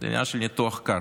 זה עניין של ניתוח קר.